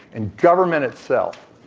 and government itself.